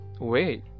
wait